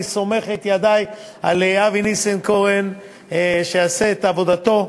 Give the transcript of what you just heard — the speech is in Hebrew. אני סומך את ידי על אבי ניסנקורן שיעשה את עבודתו,